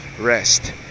rest